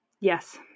Yes